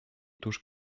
tuż